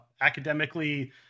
academically